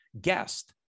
guest